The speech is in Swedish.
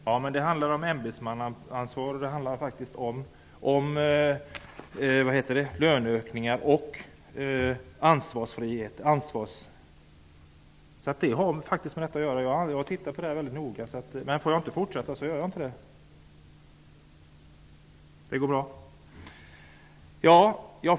Herr talman! Men betänkandet handlar om ämbetsmannaansvar och det handlar om löneökningar och ansvarsfrihet. Det har faktiskt med detta att göra. Jag har tittat mycket noga på detta. Men får jag inte fortsätta gör jag inte det.